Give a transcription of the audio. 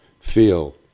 feel